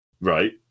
Right